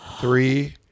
three